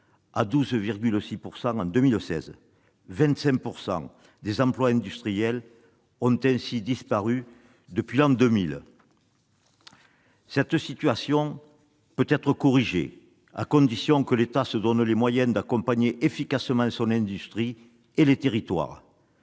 à 12,6 % en 2016. Ainsi, 25 % des emplois industriels ont disparu depuis l'an 2000. Une telle situation peut être corrigée à condition que l'État se donne les moyens d'accompagner efficacement son industrie et les territoires,